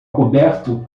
coberto